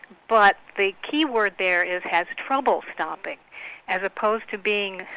but the key word there is has trouble stopping as opposed to being,